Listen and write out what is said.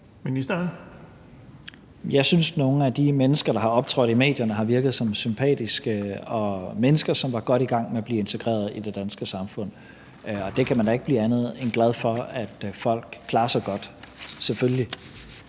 Tesfaye): Jeg synes, at nogle af de mennesker, der har optrådt i medierne, har virket som sympatiske mennesker, som var godt i gang med at blive integreret i det danske samfund, og man kan da ikke blive andet end glad for, at folk klarer sig godt, selvfølgelig.